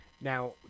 Now